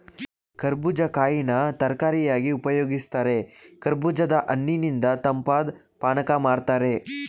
ಕರ್ಬೂಜ ಕಾಯಿನ ತರಕಾರಿಯಾಗಿ ಉಪಯೋಗಿಸ್ತಾರೆ ಕರ್ಬೂಜದ ಹಣ್ಣಿನಿಂದ ತಂಪಾದ್ ಪಾನಕ ಮಾಡ್ತಾರೆ